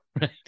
Right